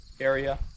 area